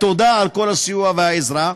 תודה על כל הסיוע והעזרה,